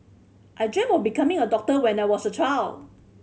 I dreamt of becoming a doctor when I was a child